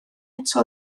eto